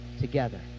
together